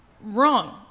wrong